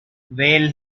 whale